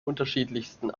unterschiedlichsten